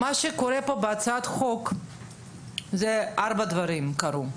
בהצעת החוק קרו ארבעה דברים.